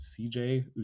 CJ